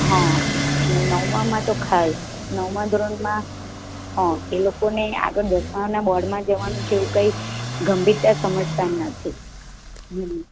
હં અને નવમાંમાંતો ખાસ નવમા ધોરણમાં હં એ લોકોને આગળ દસમાનાં બોર્ડમાં જવાનું છે એવું કઈ જ ગંભીરતા સમજતા નથી હમ્મ